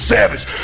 Savage